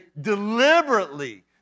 deliberately